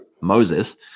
Moses